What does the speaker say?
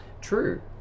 True